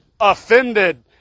offended